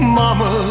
mama